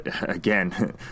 again